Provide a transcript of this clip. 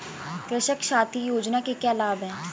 कृषक साथी योजना के क्या लाभ हैं?